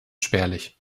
spärlich